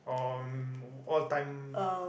uh all time